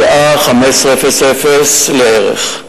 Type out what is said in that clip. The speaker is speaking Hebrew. בשעה 15:00 לערך,